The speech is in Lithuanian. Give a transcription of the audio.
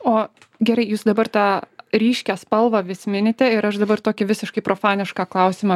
o gerai jūs dabar tą ryškią spalvą vis minite ir aš dabar tokį visiškai profanišką klausimą